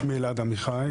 שמי אלעד עמיחי.